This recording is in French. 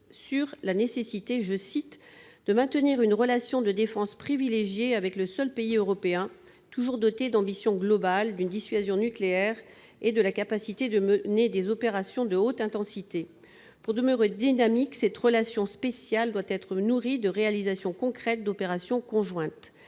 sur la nécessité « de maintenir une relation de défense privilégiée avec le seul pays européen toujours doté d'ambitions globales, d'une dissuasion nucléaire et de la capacité de mener des opérations de haute intensité. Pour demeurer dynamique, cette relation spéciale doit être nourrie de réalisations concrètes, d'opérations conjointes. »